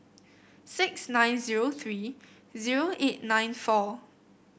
six nine zero three zero eight nine four